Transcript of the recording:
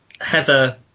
Heather